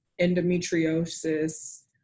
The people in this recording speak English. endometriosis